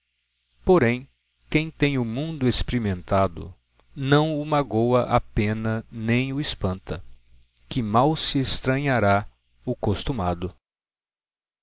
porém quem tem o mundo exprimentado não o magoa a pena nem o espanta que mal se estranhará o costumado